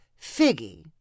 Figgy